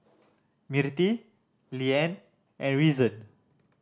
Mirtie Liane and Reason